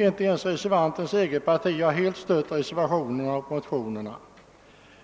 Inte ens reservantens eget parti har helt stött reservationerna och motionerna.